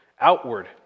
outward